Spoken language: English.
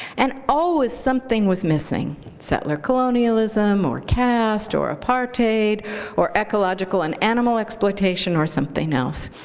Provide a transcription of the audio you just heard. and always something was missing, settler colonialism or caste or apartheid or ecological and animal exploitation, or something else.